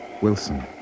Wilson